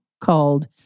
called